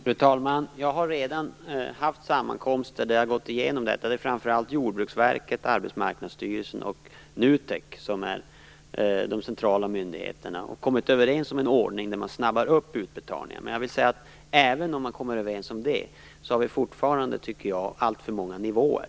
Fru talman! Jag har redan haft sammankomster där jag har gått igenom detta. Det är framför allt Jordbruksverket, Arbetsmarknadsstyrelsen och NUTEK som är de centrala myndigheterna. Vi har kommit överens om en ordning där man snabbar upp utbetalningarna. Även om man kommer överens om det, tycker jag att vi fortfarande har alltför många nivåer.